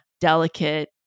delicate